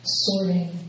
sorting